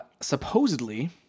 supposedly